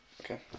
Okay